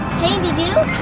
candy, do